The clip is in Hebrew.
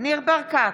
ניר ברקת,